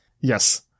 Yes